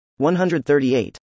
138